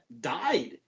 died